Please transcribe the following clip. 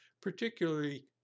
particularly